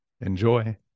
Enjoy